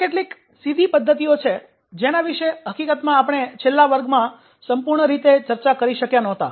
આ કેટલીક સીધી પદ્ધતિઓ છે કે જેના વિશે હકીકતમાં આપણે છેલ્લા વર્ગમાં સંપૂર્ણ રીતે ચર્ચા કરી શક્યા નહોતા